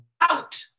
out